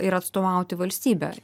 ir atstovauti valstybę